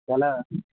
தலை